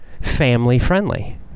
family-friendly